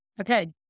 Okay